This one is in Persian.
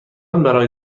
برای